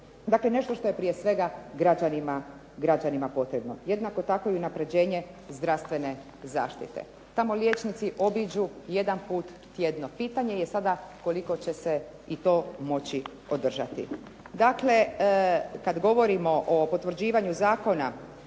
Dakle, nešto što je prije svega građanima potrebno. Jednako tako i unapređenje zdravstvene zaštite. Tamo liječnici obiđu jedanput tjedno. Pitanje je sada koliko će se i to moći održati. Dakle kad govorimo o potvrđivanju zakona,